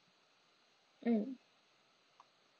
mm